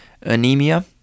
anemia